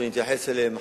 שאתייחס אליהן,